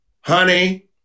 honey